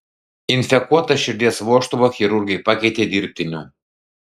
infekuotą širdies vožtuvą chirurgai pakeitė dirbtiniu